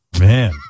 Man